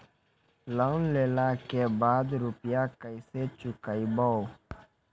Loan लेला के बाद या रुपिया केसे चुकायाबो?